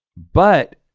but